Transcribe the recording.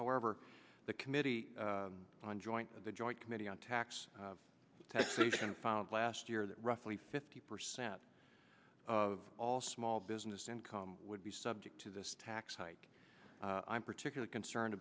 however the committee on joint the joint committee on tax taxation found last year that roughly fifty percent of all small business income would be subject to this tax hike i'm particularly concerned